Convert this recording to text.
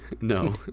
No